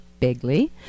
Begley